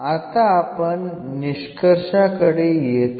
आता आपण निष्कर्षाकडे येत आहोत